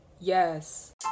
yes